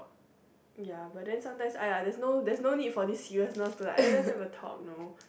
ya but then sometimes !aiya! there's no there's no need for this seriousness to like eh let's have a talk you know